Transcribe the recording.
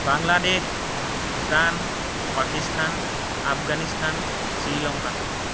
Bangladesh Bhutan Pakistan Afghanistan Sri Lanka